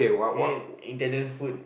you mean Italian food